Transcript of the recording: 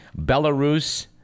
Belarus